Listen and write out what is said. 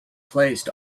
placed